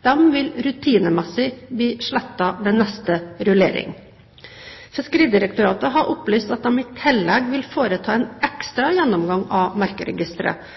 Disse vil rutinemessig bli slettet ved neste rullering. Fiskeridirektoratet har opplyst at de i tillegg vil foreta en ekstra gjennomgang av